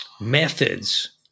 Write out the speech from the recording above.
methods